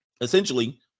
essentially